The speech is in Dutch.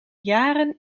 jaren